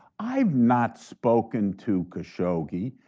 i've not spoken to khashoggi.